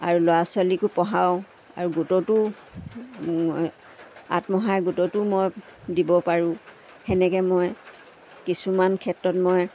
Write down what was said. আৰু ল'ৰা ছোৱালীকো পঢ়াওঁ আৰু গোটতো আত্মসহায় গোটতো মই দিব পাৰোঁ সেনেকৈ মই কিছুমান ক্ষেত্ৰত মই